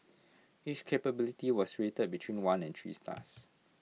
each capability was rate between one and three stars